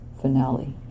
finale